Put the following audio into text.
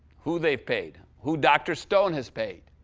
who they've paid, who dr. stone has paid.